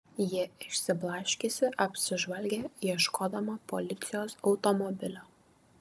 ji išsiblaškiusi apsižvalgė ieškodama policijos automobilio